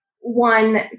one